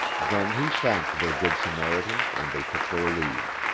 then he thanked their good samaritan and they took their leave.